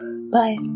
Bye